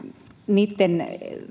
niitten